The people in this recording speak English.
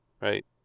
right